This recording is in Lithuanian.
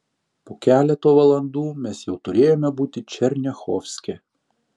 po keleto valandų mes jau turėjome būti černiachovske